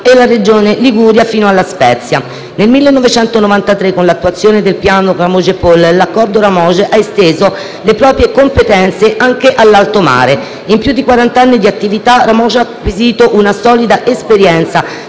la Regione Liguria fino a La Spezia. Nel 1993, con l'attuazione del Piano RAMOGEPOL, l'Accordo RAMOGE ha esteso le proprie competenze anche all'alto mare. In più di quarant'anni di attività, RAMOGE ha acquisito una solida esperienza